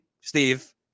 Steve